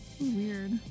weird